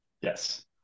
Yes